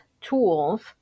tools